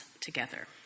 together